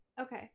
Okay